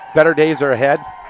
better days are ahead,